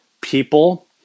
people